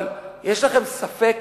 אבל יש לכם ספק